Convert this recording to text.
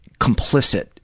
complicit